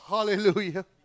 Hallelujah